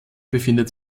befindet